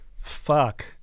fuck